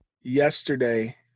yesterday